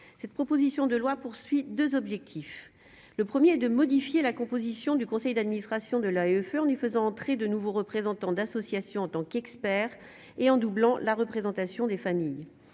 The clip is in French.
cette proposition de loi poursuit 2 objectifs : le 1er de modifier la composition du conseil d'administration de la Uffe en y faisant entrer de nouveaux représentants d'associations en tant qu'expert et en doublant la représentation des familles